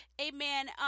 Amen